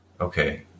okay